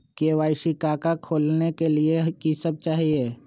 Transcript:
KYC का का खोलने के लिए कि सब चाहिए?